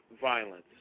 violence